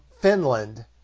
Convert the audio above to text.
finland